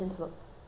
yes that's it